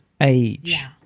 age